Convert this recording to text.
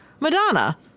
madonna